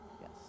Yes